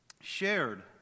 shared